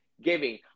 giving